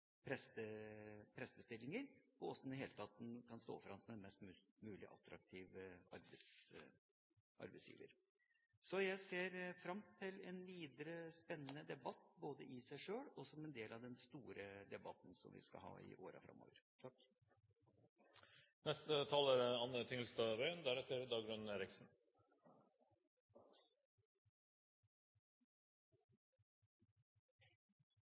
det hele tatt kan stå fram som en mest mulig attraktiv arbeidsgiver. Så jeg ser fram til en spennende debatt videre, både i seg selv og som en del av den store debatten som vi skal ha i årene framover.